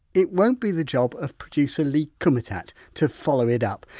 it won't be the job of producer lee kumutat to follow it up.